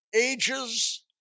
Ages